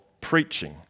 preaching